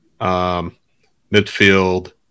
midfield –